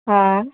हा